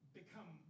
become